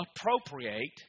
Appropriate